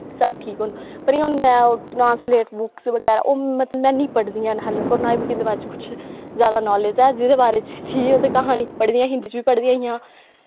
सब ठीक होंदा पर हून में ओह् ट्रासलेट बुक्स बगैरा ओह् में नेईं पढ़ी दियां हल्ले तक होर नां ई मी इं'दे बारे च कुछ ज्यादा नालेज़ ऐ जेह्दे बारे च थी ते ओह् क्हानी पढ़ी दियां हियां हिंदी च बी पढ़ी दियां हियां